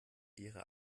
ihrer